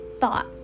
thought